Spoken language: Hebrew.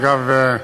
אגב,